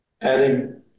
adding